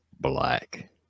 Black